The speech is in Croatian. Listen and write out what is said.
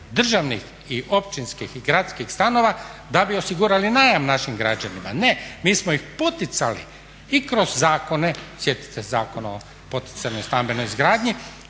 državnih i općinskih i gradskih stanova da bi osigurali najam našim građanima. Ne! Mi smo ih poticali i kroz zakone, sjetite se Zakona o poticajnoj stambenoj izgradnji